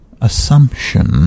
assumption